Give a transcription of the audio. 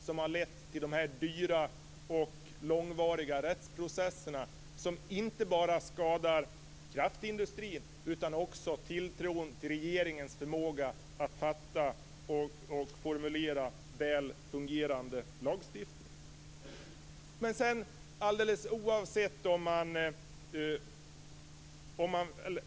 Det har lett till dyra och långvariga rättsliga processer, som inte bara skadar kraftindustrin utan också tilltron till regeringens förmåga att formulera välfungerande lagstiftning.